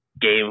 game